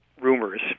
rumors